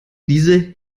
diese